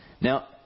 Now